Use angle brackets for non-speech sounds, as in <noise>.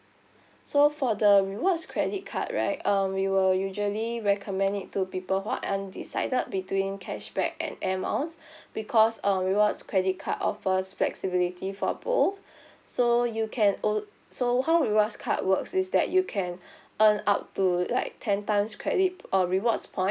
so for the rewards credit card right um we will usually recommend it to people what undecided between cashback and Air Miles <breath> because our rewards credit card offers flexibility for both <breath> so you can al~ so how rewards card works is that you can <breath> earn up to like ten times credit or rewards point